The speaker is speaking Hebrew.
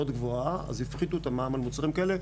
העלות שלו מאוד גבוהה אז הפחיתו את המע"מ על מוצרים כאלה,